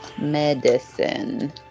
Medicine